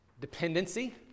Dependency